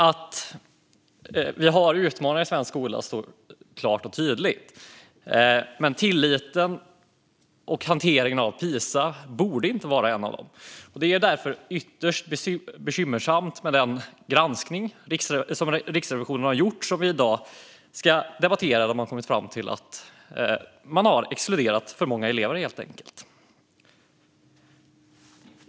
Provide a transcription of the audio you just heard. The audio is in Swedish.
Att vi har utmaningar i svensk skola står klart och tydligt. Men tilliten till och hanteringen av Pisaundersökningen borde inte vara en av dem. Det är därför ytterst bekymmersamt med den granskning som Riksrevisionen har gjort, och som vi i dag ska debattera, där man har kommit fram till att för många elever helt enkelt har exkluderats.